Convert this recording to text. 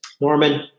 Norman